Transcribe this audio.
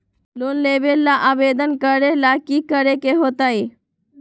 Loan लेबे ला आवेदन करे ला कि करे के होतइ?